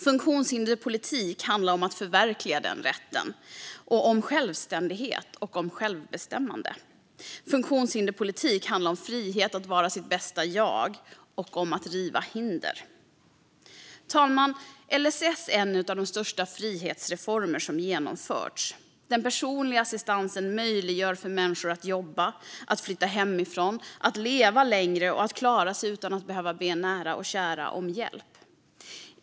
Funktionshinderspolitik handlar om att förverkliga den rätten och om självständighet och självbestämmande. Funktionshinderspolitik handlar om frihet att vara sitt bästa jag och om att riva hinder. Herr talman! LSS är en av de största frihetsreformer som genomförts. Den personliga assistansen gör det möjligt för människor att jobba, att flytta hemifrån, att leva längre och att klara sig utan att behöva be nära och kära om hjälp.